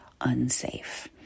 unsafe